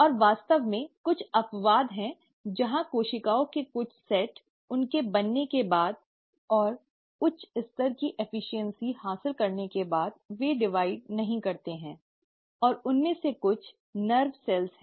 और वास्तव में कुछ अपवाद हैं जहां कोशिकाओं के कुछ सेट उनके बनने के बाद और उच्च स्तर की दक्षता हासिल करने के बाद वे विभाजित नहीं करते हैं और उनमें से कुछ तंत्रिका कोशिकाएं हैं